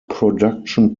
production